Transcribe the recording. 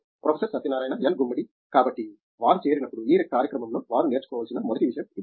professor Satyanarayana N Gummadi కాబట్టి వారు చేరినప్పుడు ఈ కార్యక్రమంలో వారు నేర్చుకోవలసిన మొదటి విషయం ఇది